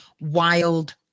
wild